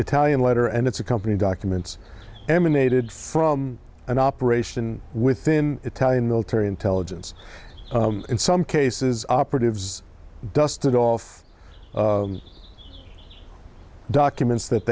italian letter and its accompany documents emanated from an operation within italian military intelligence in some cases operatives dusted off documents that